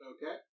Okay